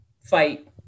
fight